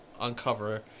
uncover